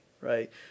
right